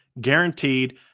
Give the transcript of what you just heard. guaranteed